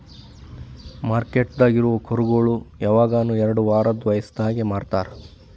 ಮಾರ್ಕೆಟ್ದಾಗ್ ಇರವು ಕರುಗೋಳು ಯವಗನು ಎರಡು ವಾರದ್ ವಯಸದಾಗೆ ಮಾರ್ತಾರ್